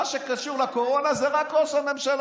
מה שקשור לקורונה זה רק ראש הממשלה.